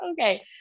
okay